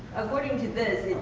according to this,